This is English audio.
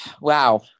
wow